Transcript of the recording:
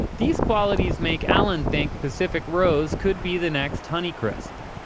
these qualities make allan think pacific rose could be the next honeycrisp.